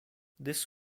this